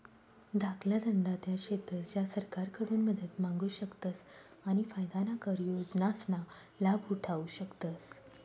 धाकला धंदा त्या शेतस ज्या सरकारकडून मदत मांगू शकतस आणि फायदाना कर योजनासना लाभ उठावु शकतस